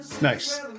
Nice